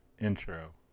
intro